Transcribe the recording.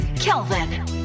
kelvin